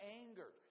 anger